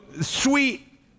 sweet